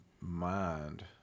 mind